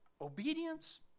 Obedience